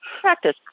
Practice